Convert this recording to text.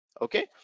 Okay